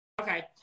okay